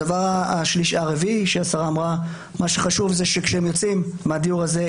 הדבר הרביעי שהשרה אמרה: מה שחשוב שכאשר הם יוצאים מהדיור הזה,